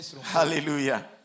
Hallelujah